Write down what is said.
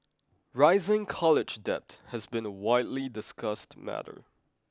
rising college debt has been a widely discussed matter